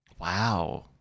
Wow